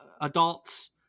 adults